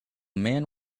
man